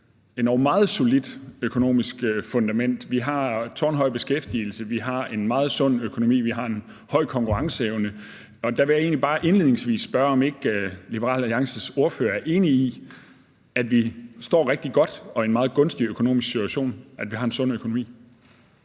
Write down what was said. meget solidt økonomisk fundament. Vi har tårnhøj beskæftigelse, vi har en meget sund økonomi, vi har en meget høj konkurrenceevne. Der vil jeg egentlig bare indledningsvis spørge, om ikke Liberal Alliances ordfører er enig i, at vi står rigtig godt og i en meget gunstig økonomisk situation – at vi har en sund økonomi.